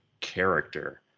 character